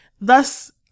Thus